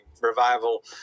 revival